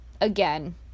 again